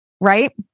right